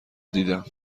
دیدم